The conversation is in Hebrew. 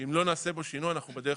שאם לא נעשה בו שינוי, אנחנו בדרך